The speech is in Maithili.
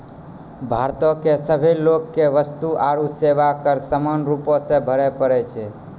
भारतो के सभे लोगो के वस्तु आरु सेवा कर समान रूपो से भरे पड़ै छै